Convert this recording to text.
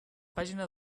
pàgina